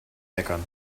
meckern